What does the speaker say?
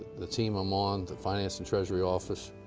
the team i'm on, the finance and treasury office,